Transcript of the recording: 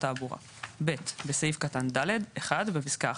תעבורה"; (ב)בסעיף קטן (ד) (1)בפסקה (1),